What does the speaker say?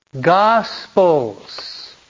Gospels